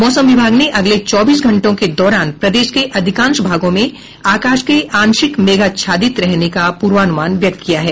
मौसम विभाग ने अगले चौबीस घंटों के दौरान प्रदेश के अधिकांश भागों में आकाश के आंशिक मेघाच्छादित रहने का पूर्वानुमान व्यक्त किया है